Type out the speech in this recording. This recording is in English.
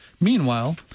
Meanwhile